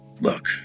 look